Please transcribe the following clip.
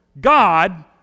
God